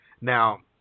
Now